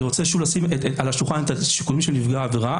אני רוצה שוב לשים על השולחן את השיקולים של נפגע העבירה.